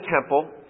temple